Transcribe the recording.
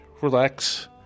relax